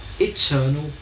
eternal